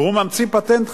והוא ממציא פטנט חדש.